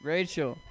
Rachel